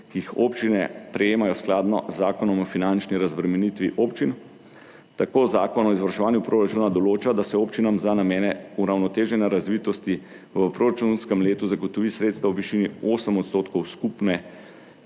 ki jih občine prejemajo skladno z zakonom o finančni razbremenitvi občin. Tako zakon o izvrševanju proračuna določa, da se občinam za namene uravnoteženja razvitosti v proračunskem letu zagotovi sredstva v višini 8 % skupne